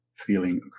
Feeling